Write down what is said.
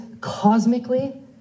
cosmically